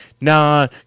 nah